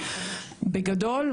בגדול,